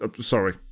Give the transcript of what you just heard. Sorry